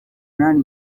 inani